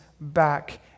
back